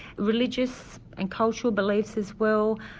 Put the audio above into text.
religious and cultural beliefs as well,